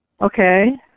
Okay